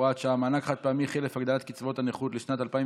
הוראת שעה) (מענק חד-פעמי חלף הגדלת קצבאות הנכות לשנת 2020)